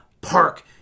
park